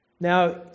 now